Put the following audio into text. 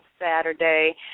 Saturday